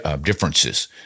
differences